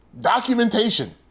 documentation